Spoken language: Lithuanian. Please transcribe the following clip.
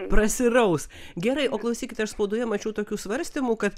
prasiraus gerai o klausykit aš spaudoje mačiau tokių svarstymų kad